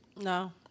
No